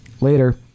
later